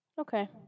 Okay